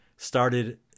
started